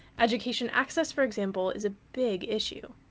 education access, for example, is a big issue.